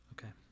Okay